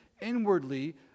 inwardly